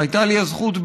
שהייתה לי הזכות,